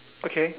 okay